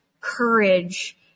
courage